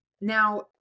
Now